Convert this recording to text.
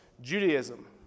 Judaism